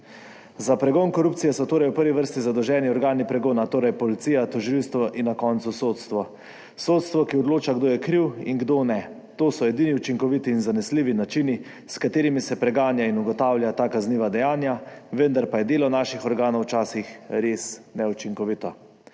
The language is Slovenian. Za pregon korupcije so torej v prvi vrsti zadolženi organi pregona, torej policija, tožilstvo in na koncu sodstvo. Sodstvo, ki odloča, kdo je kriv in kdo ne. To so edini učinkoviti in zanesljivi načini, s katerimi se preganja in ugotavlja ta kazniva dejanja, vendar pa je delo naših organov včasih res neučinkovito.